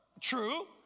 True